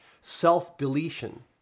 self-deletion